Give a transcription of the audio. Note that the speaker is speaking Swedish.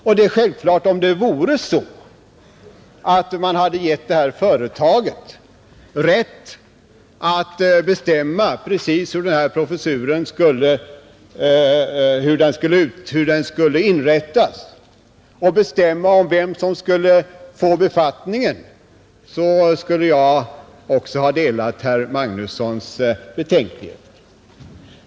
Om det vore så att man hade givit det här företaget rätt att bestämma precis hur professuren inrättas och vem som skulle få befattningen skulle jag självfallet ha delat herr Magnussons betänkligheter.